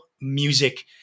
music